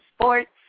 sports